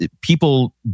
people